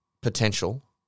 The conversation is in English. potential